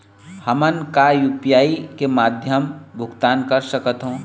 हमन का यू.पी.आई के माध्यम भुगतान कर सकथों?